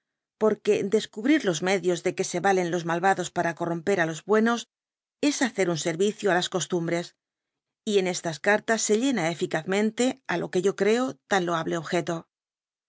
por que descubrir los medios de que se valen los malvados para corromper á los buenos es hacer un servicio á las cosdby google xíj tumbres y eu estas cartas se llena ecazmeute á lo que yo creo tan loable objeto